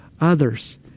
others